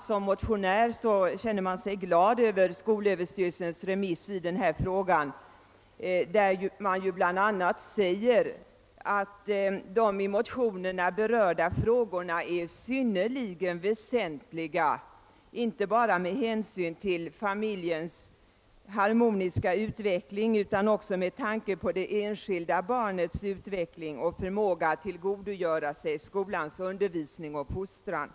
Som motionär känner jag mig glad över skolöverstyrelsens yttrande vari framhålles bland annat att de i motionerna berörda frågorna är ”synnerligen väsentliga inte bara med hänsyn till familjens harmoniska utveckling utan också med tanke på det enskilda barnets utveckling och förmåga att tillgodogöra sig skolans undervisning och fostran».